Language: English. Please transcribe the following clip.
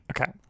Okay